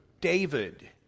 David